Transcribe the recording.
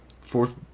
fourth